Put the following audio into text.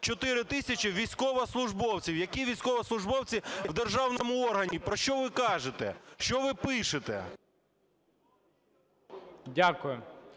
4 тисячі військовослужбовців. Які військовослужбовці в державному органі? Про що ви кажете? Що ви пишете?